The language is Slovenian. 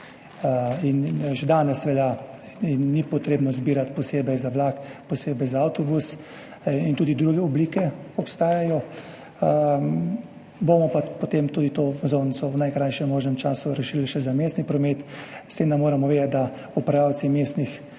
Že danes velja in ni potrebno izbirati posebej za vlak, posebej za avtobus in tudi druge oblike obstajajo. Bomo pa potem tudi to vozovnico v najkrajšem možnem času razširili še na mestni promet. S tem da moramo vedeti, da so upravljavci mestnih